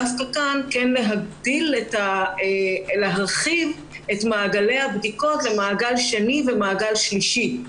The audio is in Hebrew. דווקא כאן כן צריך להרחיב את מעגלי הבדיקות למעגל שני ומעגל שלישי.